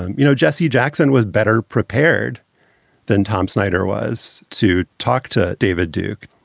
and you know, jesse jackson was better prepared than tom snyder was to talk to david duke.